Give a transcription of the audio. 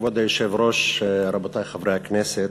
כבוד היושב-ראש, רבותי חברי הכנסת,